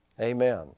Amen